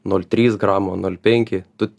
nol trys gramo nol penki tu